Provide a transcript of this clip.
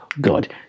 God